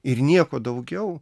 ir nieko daugiau